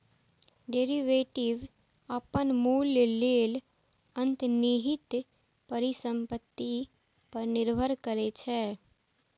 derivative अपन मूल्य लेल अंतर्निहित परिसंपत्ति पर निर्भर करै छै